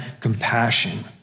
compassion